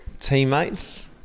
teammates